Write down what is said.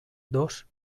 dos